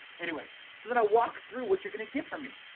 anyway, so then, i walk through what you're gonna get from me.